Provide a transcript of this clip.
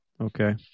Okay